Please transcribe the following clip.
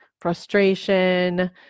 frustration